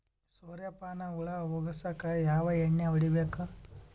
ಸುರ್ಯಪಾನ ಹುಳ ಹೊಗಸಕ ಯಾವ ಎಣ್ಣೆ ಹೊಡಿಬೇಕು?